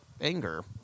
anger